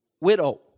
widow